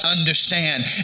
understand